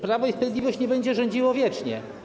Prawo i Sprawiedliwość nie będzie rządziło wiecznie.